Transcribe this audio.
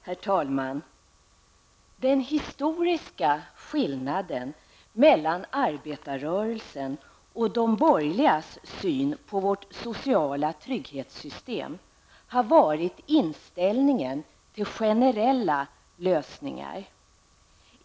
Herr talman! Den historiska skillnaden mellan arbetarrörelsens och de borgerligas syn på vårt sociala trygghetssystem har varit inställningen till generella lösningar.